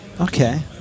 Okay